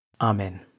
Amen